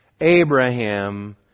Abraham